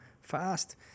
fast